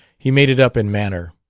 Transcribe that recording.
he made it up in manner.